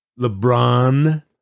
LeBron